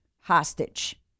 hostage